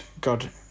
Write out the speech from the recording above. God